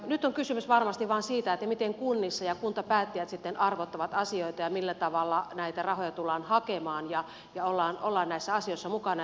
nyt on kysymys varmasti vain siitä miten sitten kunnissa arvotetaan ja kuntapäättäjät arvottavat asioita ja millä tavalla näitä rahoja tullaan hakemaan ja ollaan näissä asioissa mukana